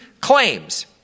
claims